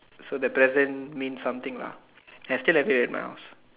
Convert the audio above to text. so the present mean something lah I still have it with my house